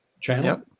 channel